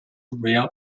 real